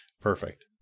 Perfect